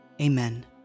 Amen